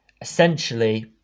essentially